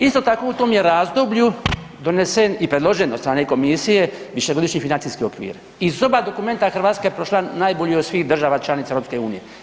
Isto tako u tom je razdoblju donesen i predložen od strane komisije višegodišnji financijski okvir i s oba dokumenta Hrvatska je prošla najbolje od svih država članica EU.